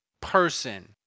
Person